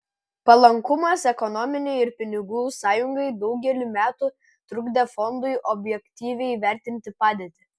palankumas ekonominei ir pinigų sąjungai daugelį metų trukdė fondui objektyviai vertinti padėtį